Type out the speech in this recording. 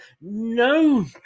no